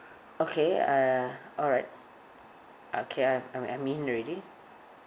okay uh alright okay I I'm I'm in already